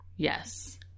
Yes